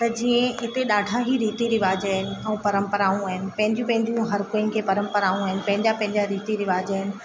त जीअं हिते ॾाढा ई रीति रिवाज़ आहिनि ऐं परंपराऊं आहिनि पंहिंजियूं पंहिंजियूं हर कंहिंखे परंपराऊं आहिनि पंहिंजा पैंहिंजा रीति रिवाज़ आहिनि